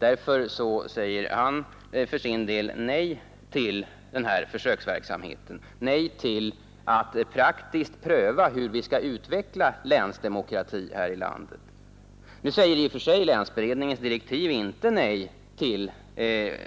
Därför säger herr Fiskesjö för sin del nej till denna försöksverksamhet och till att praktiskt pröva hur vi skall utveckla länsdemokratin här i landet. Nu säger länsberedningens direktiv i och för sig inte nej till